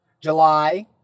July